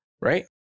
right